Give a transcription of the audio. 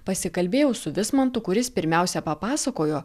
pasikalbėjau su vismantu kuris pirmiausia papasakojo